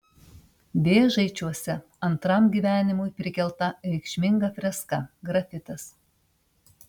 vėžaičiuose antram gyvenimui prikelta reikšminga freska grafitas